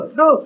no